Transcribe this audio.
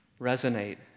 resonate